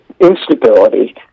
instability